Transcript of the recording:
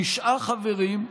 תשעה חברים,